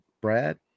brad